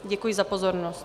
Děkuji za pozornost.